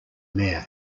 mayor